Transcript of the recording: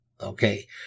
Okay